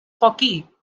hockey